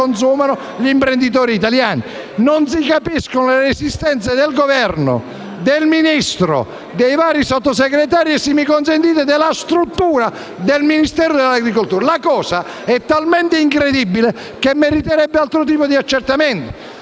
Non si capiscono le resistenze del Governo, del Ministro, dei vari Sottosegretari e, se mi consentite, della struttura del Ministero dell'agricoltura. La questione è talmente incredibile che meriterebbe altro tipo di accertamento.